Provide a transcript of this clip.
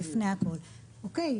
אוקיי.